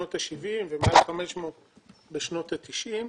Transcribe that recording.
בשנות ה-70 ומעל 500 הרוגים בשנותה-90,